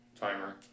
timer